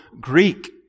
Greek